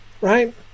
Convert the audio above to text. Right